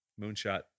Moonshot